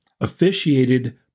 officiated